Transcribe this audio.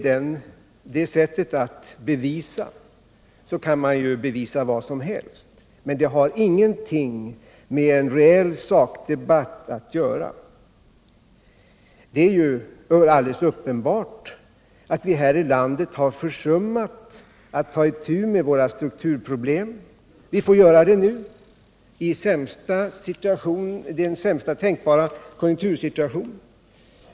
Med det sättet att resonera kan man ju bevisa vad som helst, men det har ingenting med en reell sakdebatt att göra. Det är ju alldeles uppenbart att vi här i landet har försummat att ta itu med våra strukturproblem. Nu får vi göra det i den sämsta tänkbara konjunktursituation.